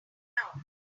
town